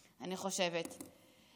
אני חושבת.